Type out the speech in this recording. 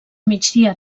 migdia